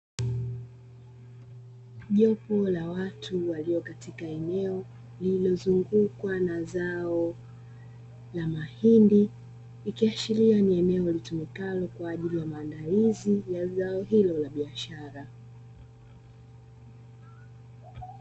Jopo la watu, walio katika eneo lililozungukwa na zao la mahindi ikiashiria ni eneo litumikalo kwaajili ya maandalizi ya zao hilo la biashara .